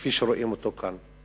כפי שרואים אותו כאן.